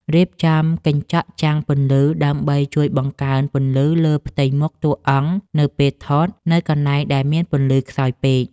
រៀបចំកញ្ចក់ចាំងពន្លឺដើម្បីជួយបង្កើនពន្លឺលើផ្ទៃមុខតួអង្គនៅពេលថតនៅកន្លែងដែលមានពន្លឺខ្សោយពេក។